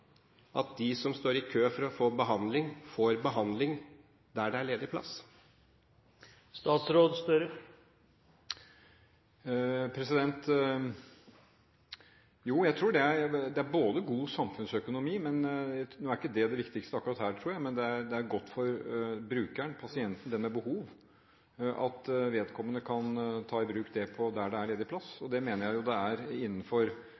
at de som står i kø for å få behandling, får behandling der det er ledig plass? Jo, det er god samfunnsøkonomi – nå er ikke det det viktigste akkurat her, tror jeg, men det er godt for brukerne, pasientene, dem med behov, at vedkommende kan ta imot behandling der det er plass. Jeg mener det er slik – innenfor